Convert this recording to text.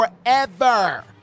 forever